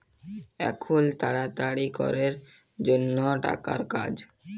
এখুল তাড়াতাড়ি ক্যরের জনহ টাকার কাজ